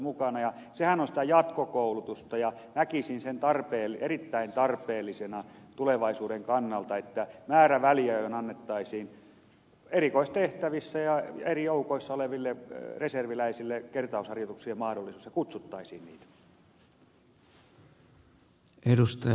sehän on sitä jatkokoulutusta ja näkisin sen erittäin tarpeellisena tulevaisuuden kannalta että määräväliajoin annettaisiin erikoistehtävissä ja eri joukoissa oleville reserviläisille kertausharjoituksiin mahdollisuus ja kutsuttaisiin heitä